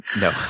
No